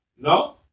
No